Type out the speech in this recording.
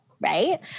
Right